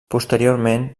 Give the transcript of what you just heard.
posteriorment